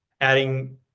adding